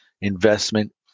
Investment